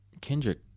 Kendrick